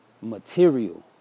Material